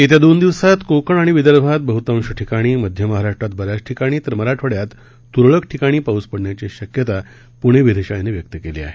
येत्या दोन दिवसात कोकण आणि विदर्भात बहतांश ठिकाणी मध्य महाराष्ट्रात बऱ्याच ठिकाणी तर मराठवाड्यात तुरळक ठिकाणी पाऊस पडण्याची शक्यता हवामान विभागानं व्यक्त केली आहे